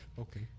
Okay